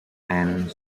and